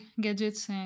gadgets